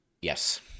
Yes